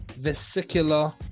vesicular